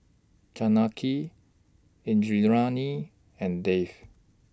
Janaki Indranee and Dev